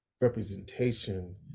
representation